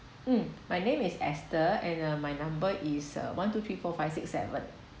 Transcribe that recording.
um my name is esther and uh my number is uh one two three four five six seven